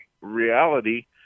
reality